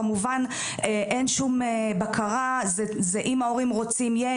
כמובן אין שום בקרה זה אם ההורים רוצים יהיה,